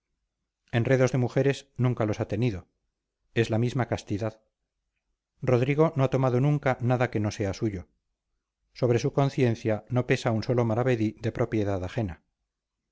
sonante enredos de mujeres nunca los ha tenido es la misma castidad rodrigo no ha tomado nunca nada que no sea suyo sobre su conciencia no pesa un solo maravedí de propiedad ajena